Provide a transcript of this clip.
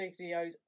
videos